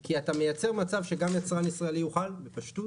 כי אתה מייצר מצב שגם יצרן ישראלי יוכל בפשטות